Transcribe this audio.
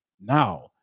Now